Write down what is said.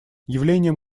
явлением